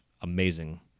amazing